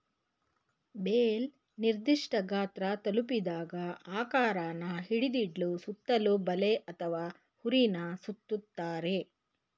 bale ನಿರ್ದಿಷ್ಠ ಗಾತ್ರ ತಲುಪಿದಾಗ ಆಕಾರನ ಹಿಡಿದಿಡ್ಲು ಸುತ್ತಲೂ ಬಲೆ ಅಥವಾ ಹುರಿನ ಸುತ್ತುತ್ತಾರೆ